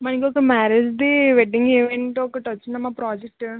మా ఇంకొక మ్యారేజ్ది వెడ్డింగ్ ఈవెంట్ ఒకటి వచ్చిందమ్మా ప్రాజెక్ట్